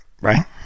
right